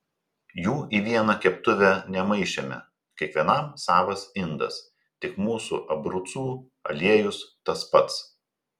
jų į vieną keptuvę nemaišėme kiekvienam savas indas tik mūsų abrucų aliejus tas pats